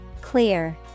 Clear